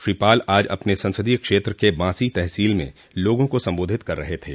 श्री पाल आज अपने संसदीय क्षेत्र के बासी तहसील में लोगों को सम्बोधित कर रहे थे